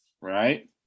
right